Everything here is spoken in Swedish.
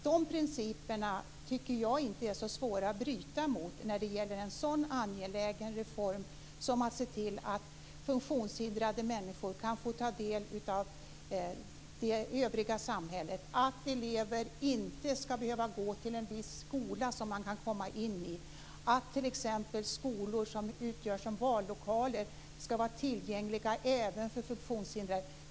De principerna tycker jag inte är så svåra att bryta mot när det gäller en så angelägen reform som att se till att funktionshindrade människor kan få ta del av det övriga samhället, att elever inte ska behöva gå i en viss skola som de kan komma in i, att t.ex. skolor som utgör vallokaler ska vara tillgängliga även för funktionshindrade.